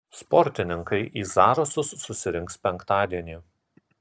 sportininkai į zarasus susirinks penktadienį